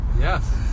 Yes